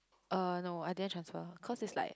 uh no I didn't transfer cause it's like